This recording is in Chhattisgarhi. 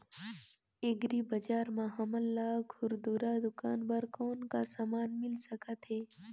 एग्री बजार म हमन ला खुरदुरा दुकान बर कौन का समान मिल सकत हे?